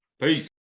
peace